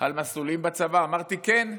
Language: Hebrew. על מסלולים בצבא, אמרתי: כן,